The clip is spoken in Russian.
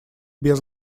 без